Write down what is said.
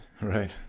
Right